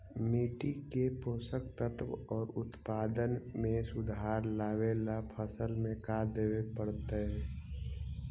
मिट्टी के पोषक तत्त्व और उत्पादन में सुधार लावे ला फसल में का देबे पड़तै तै?